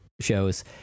shows